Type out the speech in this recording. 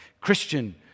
Christian